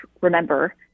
remember